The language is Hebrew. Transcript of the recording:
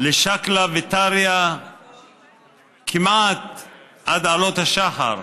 לשקלא וטריא כמעט עד עלות השחר.